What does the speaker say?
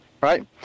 Right